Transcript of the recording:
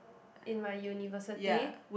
in my university